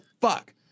fuck